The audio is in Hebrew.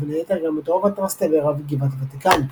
ובין היתר גם את רובע טרסטוורה וגבעת הוותיקן.